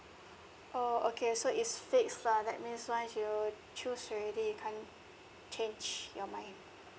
oh okay so it's fix lah that means once you choose already can't change your mind